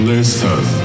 Listen